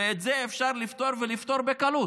ואת זה אפשר לפתור בקלות,